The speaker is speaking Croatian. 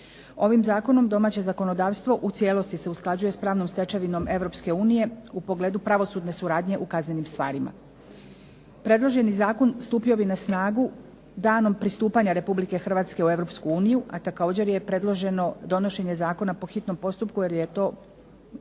Ovim zakonom domaće zakonodavstvo u cijelosti se usklađuje s pravnom stečevinom Europske unije u pogledu pravosudne suradnje u kaznenim stvarima. Predloženi zakon stupio bi na snagu danom pristupanja Republike Hrvatske u Europsku uniju, a također je predloženo donošenje zakona po hitnom postupku jer za to